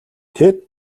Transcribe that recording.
тэд